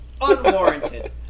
unwarranted